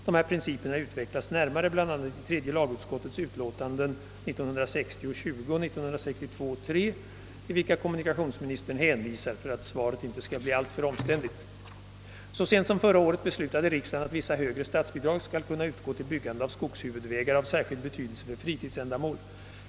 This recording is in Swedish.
De här principerna utvecklas närmare bl.a. i tredje lagutskottets utlåtanden 1960:20 och 1962: 3, till vilka kommunikationsministern hänvisar för att svaret inte skall bli alltför omständligt. Så sent som förra året beslutade riksdagen att vissa högre statsbidrag skall kunna utgå till byggande av skogshuvudvägar av särskild betydelse för fritidsändamål.